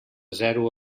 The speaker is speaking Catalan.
zero